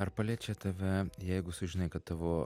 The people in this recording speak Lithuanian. ar paliečia tave jeigu sužinai kad tavo